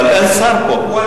אבל אין פה שר.